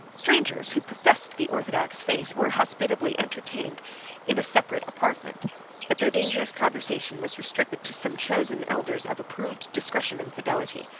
strangers, who professed the orthodox faith, were hospitably entertained in a separate apartment but their dangerous conversation was restricted to some chosen elders of approved discretion and fidelity.